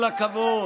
כל הכבוד.